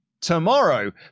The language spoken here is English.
tomorrow